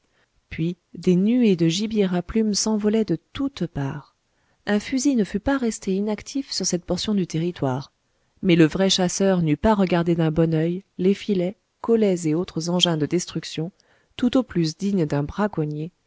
puis des nuées de gibier à plume s'envolaient de toutes parts un fusil ne fût pas resté inactif sur cette portion du territoire mais le vrai chasseur n'eût pas regardé d'un bon oeil les filets collets et autres engins de destruction tout au plus dignes d'un braconnier